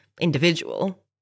individual